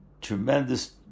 tremendous